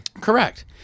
Correct